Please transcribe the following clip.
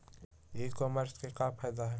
ई commerce के क्या फायदे हैं?